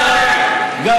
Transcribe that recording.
זה תענה, אל תתחכם.